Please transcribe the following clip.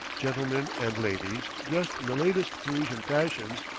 gentlemen and ladies, dressed in the latest parisian fashions,